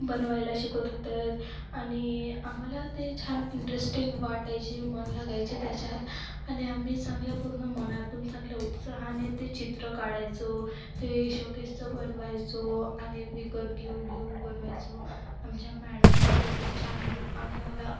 बनवायला शिकत होतं आणि आम्हाला ते छान इंटरेस्टिंग वाटायचे मन लागायचे त्याच्यात आणि आम्ही चांगल्या पूर्ण मनातून चांगल्या उत्साहाने ते चित्र काढायचो ते शोकेसचं बनवायचो आणि विकत घेऊ घेऊ बनवायचो आमच्या मॅडम आहे त्या छान बु आमच्याला